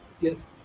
yes